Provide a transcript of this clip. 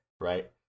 right